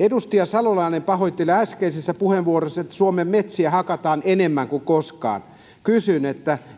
edustaja salolainen pahoitteli äskeisessä puheenvuorossa että suomen metsiä hakataan enemmän kuin koskaan kysyn